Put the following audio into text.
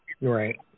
Right